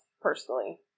personally